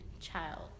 child